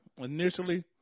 initially